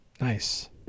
Nice